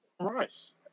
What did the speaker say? Rice